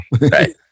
Right